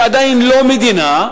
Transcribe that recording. שהיא עדיין לא מדינה,